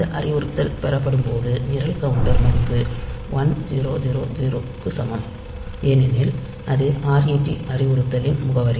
இந்த அறிவுறுத்தல் பெறப்படும் போது நிரல் கவுண்டர் மதிப்பு 1000 க்கு சமம் ஏனெனில் அது ret அறிவுறுத்தலின் முகவரி